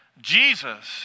Jesus